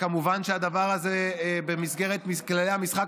וכמובן שהדבר הזה הוא במסגרת כללי המשחק